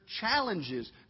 challenges